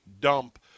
Dump